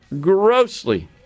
grossly